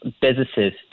businesses